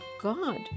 God